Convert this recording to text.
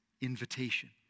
invitation